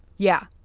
yeah.